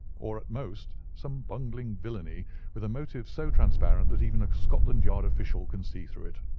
or, at most, some bungling villainy with a motive so transparent that even a scotland yard official can see through it.